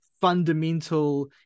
fundamental